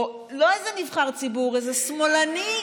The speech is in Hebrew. לא איזה נבחר ציבור, איזה שמאלני,